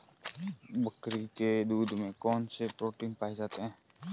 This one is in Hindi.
बकरी के दूध में कौन कौनसे प्रोटीन पाए जाते हैं?